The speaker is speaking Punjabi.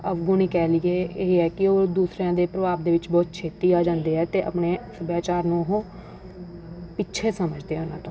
ਅਵਗੁਣ ਹੀ ਕਹਿ ਲਈਏ ਇਹ ਹੈ ਕਿ ਉਹ ਦੂਸਰਿਆਂ ਦੇ ਪ੍ਰਭਾਵ ਦੇ ਵਿੱਚ ਬਹੁਤ ਛੇਤੀ ਆ ਜਾਂਦੇ ਹੈ ਅਤੇ ਆਪਣੇ ਸੱਭਿਆਚਾਰ ਨੂੰ ਉਹ ਪਿੱਛੇ ਸਮਝਦੇ ਹੈ ਉਹਨਾਂ ਤੋਂ